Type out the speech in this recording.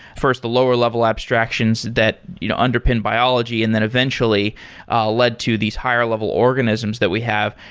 first, the lower level abstractions that you know underpin biology and then eventually ah led to these higher level organisms that we have.